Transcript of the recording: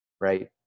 Right